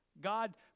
God